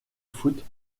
football